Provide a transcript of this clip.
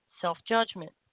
self-judgment